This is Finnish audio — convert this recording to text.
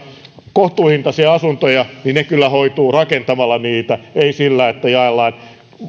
kohtuuhintaisia asuntoja niin ne kyllä hoituvat rakentamalla niitä ei sillä että jaellaan